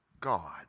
God